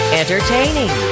entertaining